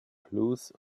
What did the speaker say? blues